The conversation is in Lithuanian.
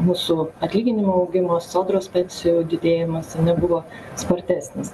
mūsų atlyginimų augimo sodros pensijų didėjimas nebuvo spartesnis